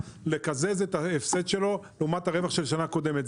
לקזז את ההפסד שלו לעומת הרווח של השנה הקודמת.